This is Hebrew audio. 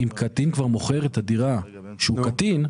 אם קטין כבר מוכר את הדירה כשהוא קטין,